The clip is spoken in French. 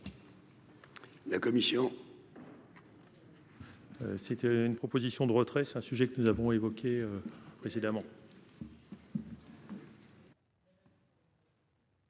La commission. C'était une proposition de retrait, c'est un sujet que nous avons évoqués précédemment.